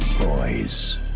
Boys